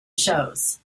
shows